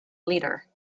leader